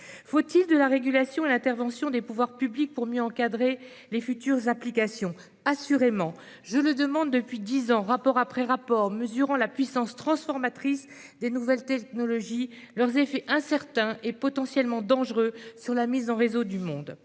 Faut-il de la régulation et une intervention des pouvoirs publics pour mieux encadrer ces futures applications ? Assurément. Je le demande depuis dix ans, rapport après rapport, car je mesure la puissance transformatrice des nouvelles technologies, mais aussi leurs effets incertains et potentiellement dangereux sur la mise en réseau du monde.